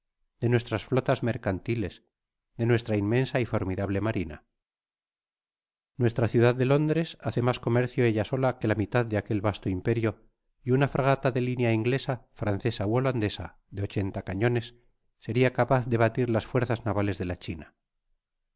de nuestras flotas mercantiles de nuestra inmensa y formidable marina nuestra ciudad de londres hace mas comercio ella sola que la mitad de aquel vasto imperio y una fragata de linea inglesa francesa ú holandesa de ochenta cationes seria capaz de batir las fuerzas navales de la china